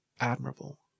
admirable